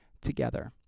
together